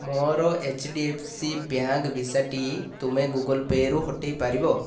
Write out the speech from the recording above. ମୋର HDFC bank ଭିସାଟି ତୁମେ ଗୁଗଲପେ'ରୁ ହଟାଇ ପାରିବ